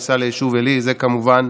עלי, זה, כמובן,